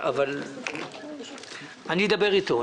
אדבר איתו.